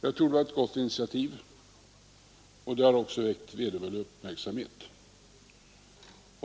Det tror jag var ett gott initiativ, och det har också väckt vederbörlig uppmärksamhet.